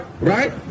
right